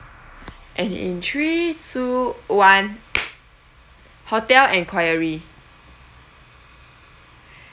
and in three two one hotel enquiry